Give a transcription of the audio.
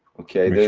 okay.